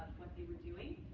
like they were doing.